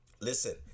Listen